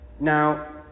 Now